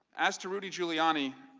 as to rudy giuliani.